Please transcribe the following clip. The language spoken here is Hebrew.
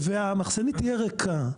והמחסנית תהיה ריקה,